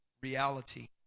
reality